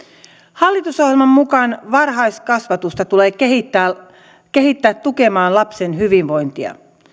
hallitusohjelman mukaan varhaiskasvatusta tulee kehittää kehittää tukemaan lapsen hyvinvointia